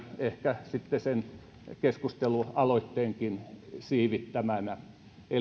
ehkä sitten sen keskustelualoitteenkin siivittäminä